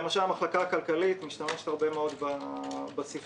למשל המחלקה הכלכלית משתמשת הרבה מאוד בספרייה.